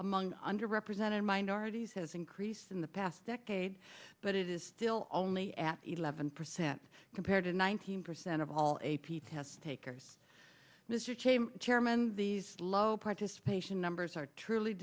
among under represented minorities has increased in the past decade but it is still only at eleven percent compared to one thousand percent of all a p test takers mr cheney chairman these low participation numbers are truly